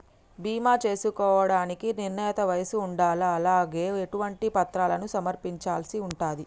బీమా చేసుకోవడానికి నిర్ణీత వయస్సు ఉండాలా? అలాగే ఎటువంటి పత్రాలను సమర్పించాల్సి ఉంటది?